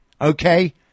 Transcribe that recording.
Okay